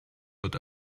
wird